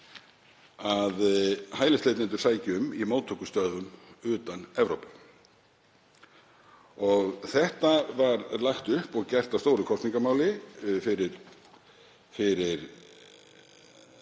að hælisleitendur sæki um í móttökustöðvum utan Evrópu. Þetta var lagt upp og gert að stóru kosningamáli fyrir